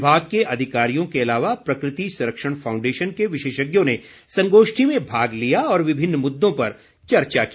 विभाग के अधिकारियों के अलावा प्रकृति संरक्षण फाउंडेशन के विशेषज्ञों ने संगोष्ठी में भाग लिया और विभिन्न मुद्दों पर चर्चा की